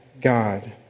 God